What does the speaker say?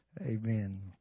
Amen